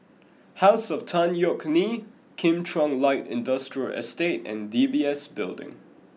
house of Tan Yeok Nee Kim Chuan Light Industrial Estate and D B S Building